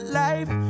life